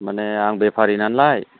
माने आं बेफारि नालाय